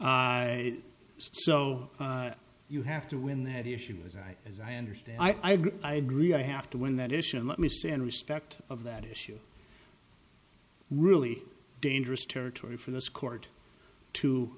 so you have to win that issue is i as i understand i do i agree i have to when that issue and let me say in respect of that issue really dangerous territory for this court to